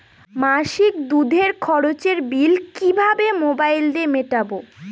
মাসিক দুধের খরচের বিল কিভাবে মোবাইল দিয়ে মেটাব?